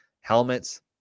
helmets